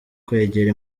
kwegera